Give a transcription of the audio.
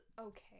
okay